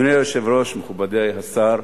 אדוני היושב-ראש, מכובדי השר,